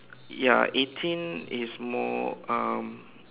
ya eighteen is more um